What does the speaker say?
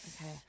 okay